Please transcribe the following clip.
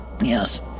Yes